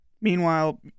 Meanwhile